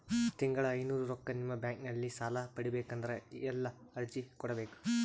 ತಿಂಗಳ ಐನೂರು ರೊಕ್ಕ ನಿಮ್ಮ ಬ್ಯಾಂಕ್ ಅಲ್ಲಿ ಸಾಲ ಪಡಿಬೇಕಂದರ ಎಲ್ಲ ಅರ್ಜಿ ಕೊಡಬೇಕು?